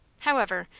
however,